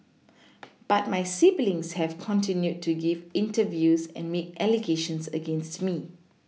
but my siblings have continued to give interviews and make allegations against me